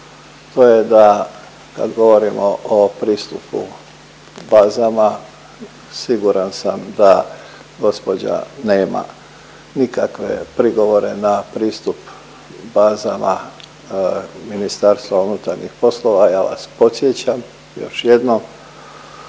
to je da kad govorimo o pristupu bazama siguran sam da gospođa nema nikakve prigovore na pristup bazama MUP-a, ja vas podsjećam još jednom